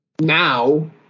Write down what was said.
Now